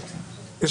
האפשרויות שעלו